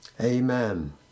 amen